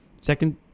Second